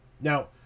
Now